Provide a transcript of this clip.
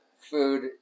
food